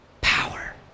power